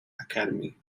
academy